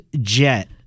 jet